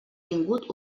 tingut